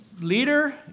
leader